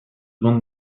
van